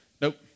Nope